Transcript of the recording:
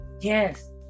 yes